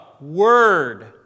word